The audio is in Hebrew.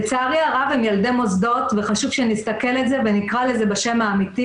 לצערי הרב הם ילדי מוסדות וחשוב שנסתכל על זה ונקרא לזה בשם האמיתי